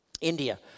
India